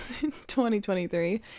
2023